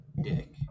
dick